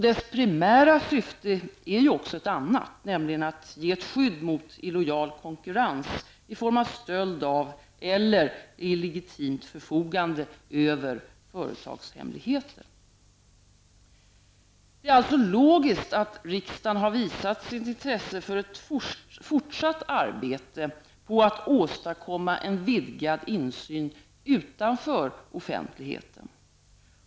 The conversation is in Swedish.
Dess primära syfte är ju också ett annat, nämligen att ge ett skydd mot illojal konkurrens i form av stöld av eller illegitimt förfogande över företagshemligheter. Det är alltså logiskt att riksdagen har visat sitt intresse för ett fortsatt arbete på att åstadkomma en vidgad insyn utanför offentligheten.